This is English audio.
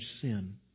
sin